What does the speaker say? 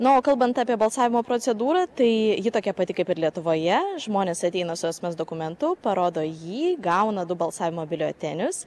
na o kalbant apie balsavimo procedūrą tai ji tokia pati kaip ir lietuvoje žmonės ateina su asmens dokumentu parodo jį gauna du balsavimo biuletenius